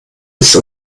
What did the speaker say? bis